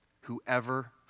Whoever